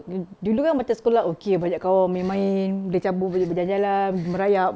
mm dulu kan masa sekolah okay banyak kawan main-main boleh cabut boleh berjalan-jalan boleh merayap